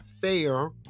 fair